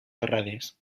torrades